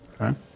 Okay